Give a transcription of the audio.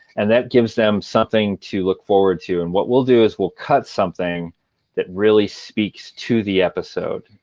and that gives them something to look forward to. and what we'll do is we'll cut something that really speaks to the episode,